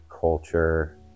culture